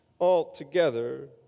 altogether